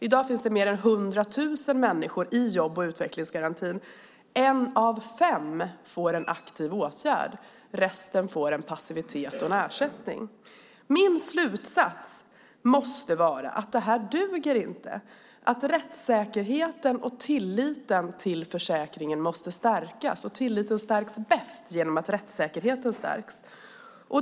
I dag finns det mer än hundra tusen människor i jobb och utvecklingsgarantin. En av fem får en aktiv åtgärd. Resten får passivitet och en ersättning. Min slutsats måste vara att det här inte duger. Rättssäkerheten och tilliten till försäkringen måste stärkas. Tilliten stärks bäst genom att rättssäkerheten stärks.